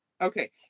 okay